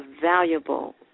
valuable